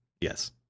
Yes